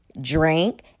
drink